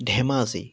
Dhemaji